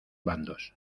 bandos